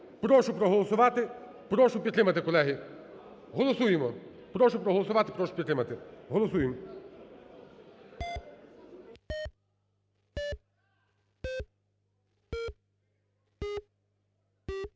Прошу проголосувати, прошу підтримати, колеги. Голосуємо, прошу проголосувати, прошу підтримати. Голосуємо!